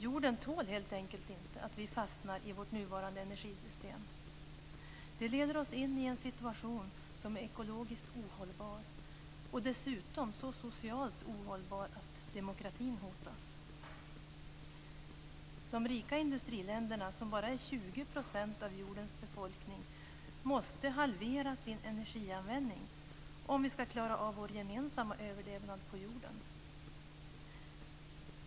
Jorden tål helt enkelt inte att vi fastnar i vårt nuvarande energisystem. Det leder oss in i en situation som är ekologiskt ohållbar och dessutom så socialt ohållbar att demokratin hotas. De rika industriländerna, som bara är 20 % av jordens befolkning, måste halvera sin energianvändning om vi skall klara av vår gemensamma överlevnad på jorden.